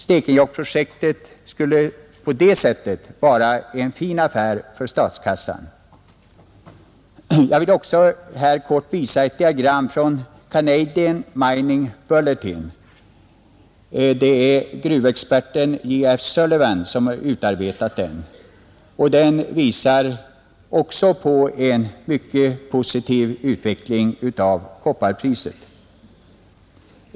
Stekenjokkprojektet skulle således ur denna synvinkel vara en oerhört fin affär för statskassan, Jag vill också på TV-skärmen visa ett litet diagram från Canadian Mining Bulletin, Det är gruvexperten J. F. Sullivan som har utarbetat den. Även den visar på en mycket positiv utveckling av kopparpriset.